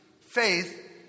faith